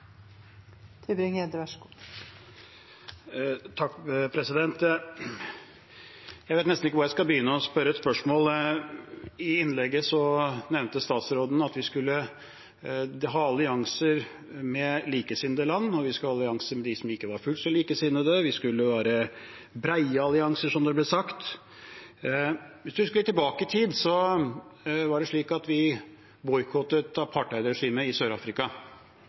Jeg vet nesten ikke hvor jeg skal begynne å stille spørsmål. I innlegget sitt nevnte utenriksministeren at vi skal ha allianser med både likesinnede land og de som ikke er fullt så likesinnede. Det skal være brede allianser, ble det sagt. Hvis vi husker litt tilbake i tid, boikottet vi apartheidregimet i Sør-Afrika. Det hadde bred oppslutning i det norske folk, men vi driver ikke med slikt lenger. Vi samarbeider med land i